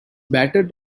better